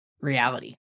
reality